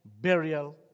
burial